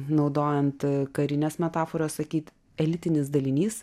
naudojant karines metaforas sakyt elitinis dalinys